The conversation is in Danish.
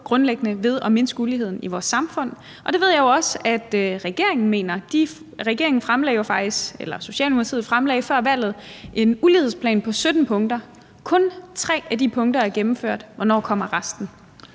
grundlæggende for at mindske uligheden i vores samfund, og det ved jeg jo også regeringen mener. Socialdemokratiet fremlagde faktisk før valget en ulighedsplan på 17 punkter. Kun 3 af de punkter er gennemført. Hvornår kommer resten?